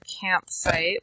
campsite